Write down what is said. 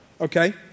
okay